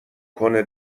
کنه